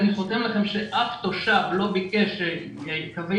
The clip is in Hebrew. אני חותם לכם שאף תושב לא ביקש שקווים